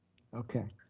okay.